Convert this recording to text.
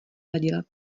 hleděla